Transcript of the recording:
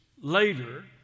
later